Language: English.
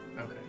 Okay